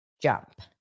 jump